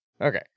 Okay